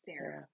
Sarah